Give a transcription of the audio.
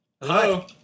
Hello